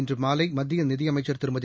இன்று மாலைமத்திய நிதியமைச்சர் திருமதி